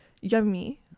Yummy